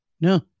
No